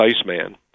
Iceman